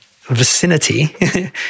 vicinity